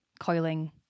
coiling